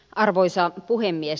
arvoisa puhemies